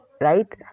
right